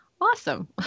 awesome